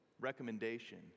recommendation